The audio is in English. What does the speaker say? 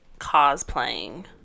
cosplaying